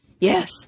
Yes